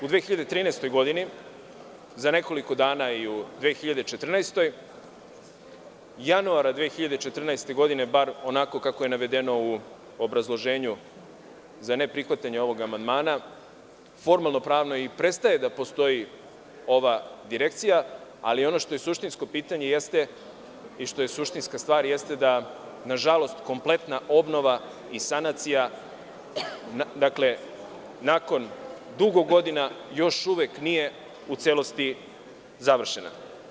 U 2013. godini smo, za nekoliko dana i u 2014, januara 2014. godine, bar onako kako je navedeno u obrazloženju za neprihvatanje ovog amandmana, formalno pravno i prestaje da postoji ova direkcija, ali ono što je suštinsko pitanje i što je suštinska stvar jeste da, nažalost, kompletna obnova i sanacija, nakon dugo godina, još uvek nije u celosti završena.